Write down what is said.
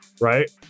Right